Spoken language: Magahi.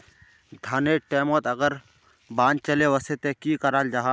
धानेर टैमोत अगर बान चले वसे ते की कराल जहा?